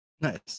nice